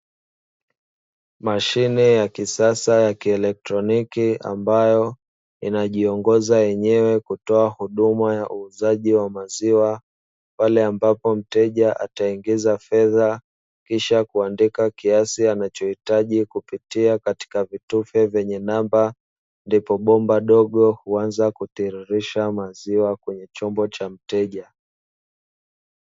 Mashine ya kisasa ya kielektroniki ambayo inajiongoza yenyewe kutoa huduma ya uuzaji wa maziwa pale ambapo mteja ataingiza fedha, kisha kuandika kiasi anachohitaji kupitia katika vitufe vyenye namba ndipo bomba dogo huanza kutiriirsha maziwa kwenye chombo cha mteja.